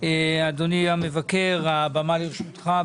אדוני המבקר, הבמה לרשותך.